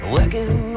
Working